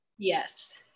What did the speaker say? Yes